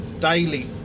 daily